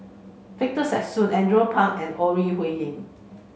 Victor Sassoon Andrew Phang and Ore Huiying